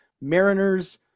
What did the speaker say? Mariners